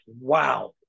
wow